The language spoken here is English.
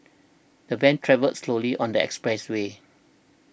the van travelled slowly on the expressway